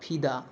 ফিদা